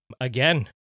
Again